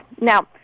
Now